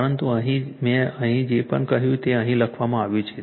પરંતુ અહીં મેં અહીં જે કંઈ કહ્યું તે અહીં લખવામાં આવ્યું છે